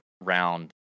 round